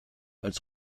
als